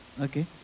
Okay